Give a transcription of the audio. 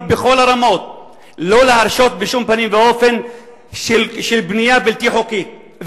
בכל הרמות לא להרשות בשום פנים ואופן בנייה בלתי חוקית.